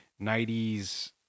90s